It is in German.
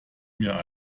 mir